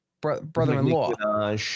brother-in-law